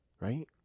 right